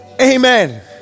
amen